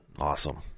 Awesome